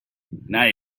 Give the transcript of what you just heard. now